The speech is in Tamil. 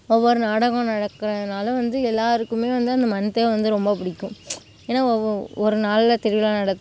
ஒவ்வொரு நாடகம் நடக்கிறதுனால வந்து எல்லாருக்கும் வந்து அந்த மந்த்தே வந்து ரொம்ப பிடிக்கும் ஏன்னா ஒரு நாளில் திருவிழா நடக்